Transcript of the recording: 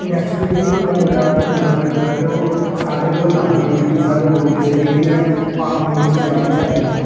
naturally ਮੈਂ ਮੁੰਡਿਆਂ ਵੱਲ ਦੇਖਦਾ ਸੀਗਾ ਅਤੇ ਉਹ ਸਾਰੇ ਦੌੜ ਲਾਉਂਦੇ ਸੀ ਅਤੇ ਸਾਰੇ ਬੋਲਦੇ ਸੀਗੇ ਕਿ ਮੈਂ ਆਰਮੀ ਵਿੱਚ ਜਾਣਾ ਜਾਂ ਇੱਦਾਂ